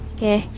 Okay